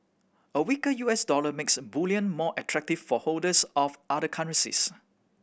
a weaker U S dollar makes bullion more attractive for holders of other currencies